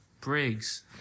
Briggs